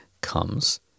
comes